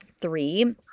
three